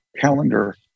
calendar